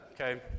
Okay